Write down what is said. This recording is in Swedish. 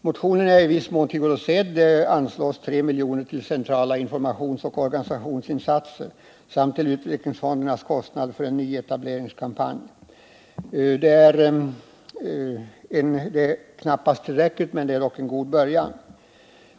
Motionen är i viss mån tillgodosedd genom att regeringen i propositionen föreslår att 3 milj.kr. anslås till centrala informationsoch organisationsinsatser samt till utvecklingsfondernas kostnader för en nyetableringskampanj. Det är knappast tillräckligt, men det är en god början.